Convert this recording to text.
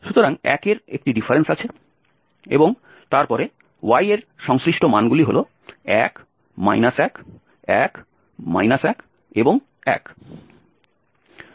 সুতরাং 1 এর একটি ডিফারেন্স আছে এবং তারপরে y এর সংশ্লিষ্ট মানগুলি হল 1 1 1 1 এবং 1